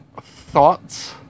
thoughts